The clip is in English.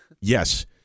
yes